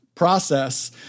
process